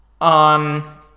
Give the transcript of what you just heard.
on